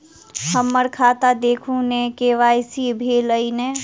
हम्मर खाता देखू नै के.वाई.सी भेल अई नै?